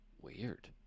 Weird